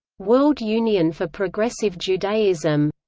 world union for progressive judaism